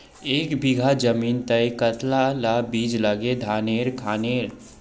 एक बीघा जमीन तय कतला ला बीज लागे धानेर खानेर?